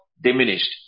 diminished